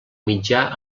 mitjà